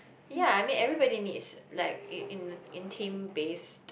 ya I mean everybody needs like in in in tame based